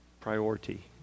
priority